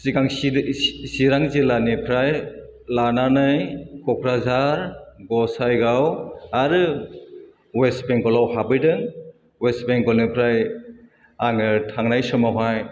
सिगां चिरां जिल्लानिफ्राइ लानानै क'क्राझार गसाइगाव आरो वेस्ट बेंगलआव हाबहैदों वेस्ट बेंगलनिफ्राइ आङो थांनाय समावहाय